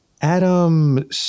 Adam